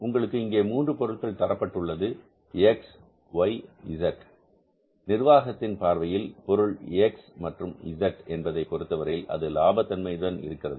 உங்களுக்கு இங்கே மூன்று பொருட்கள் தரப்பட்டுள்ளது X Y Z நிர்வாகத்தில் பார்வையில் பொருள் X மற்றும் Z என்பதைப் பொறுத்த வரையில் அது லாப தன்மையுடன் இருக்கிறது